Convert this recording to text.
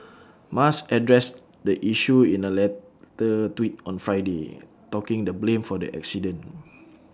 musk addressed the issue in A later tweet on Friday talking the blame for the accident